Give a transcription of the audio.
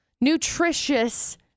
Nutritious